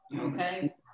Okay